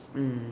mm